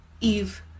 Eve